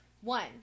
One